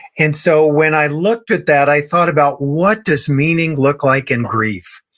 and so, when i looked at that, i thought about, what does meaning look like in grief?